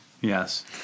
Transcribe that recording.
Yes